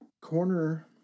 corner